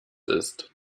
ist